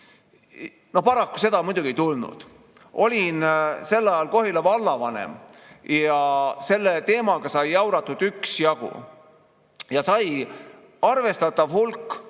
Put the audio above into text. Paraku seda ei tulnud. Olin sel ajal Kohila vallavanem ja selle teemaga sai jauratud üksjagu. Sai arvestatav hulk